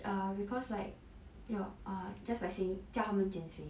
err because like ya err just by saying 叫他们减肥